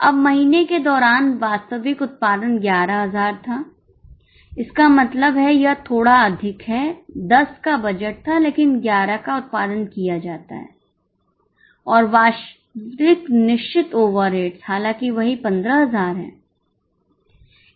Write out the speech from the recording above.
अब महीने के दौरान वास्तविक उत्पादन 11000 था इसका मतलब है यह थोड़ा अधिक है 10 का बजट था लेकिन 11 का उत्पादन किया जाता है और वास्तविक निश्चित ओवरहेड्स हालाँकि वही 15000 है